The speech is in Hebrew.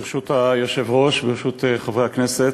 ברשות היושב-ראש, ברשות חברי הכנסת,